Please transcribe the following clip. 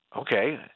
Okay